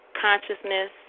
Consciousness